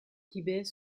tibet